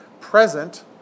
present